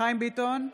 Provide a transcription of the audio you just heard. חיים ביטון,